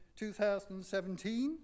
2017